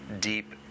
deep